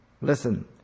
Listen